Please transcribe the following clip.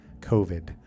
COVID